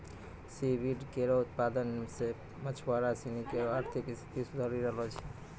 C weed केरो उत्पादन सें मछुआरा सिनी केरो आर्थिक स्थिति सुधरी रहलो छै